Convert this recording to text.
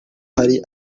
hari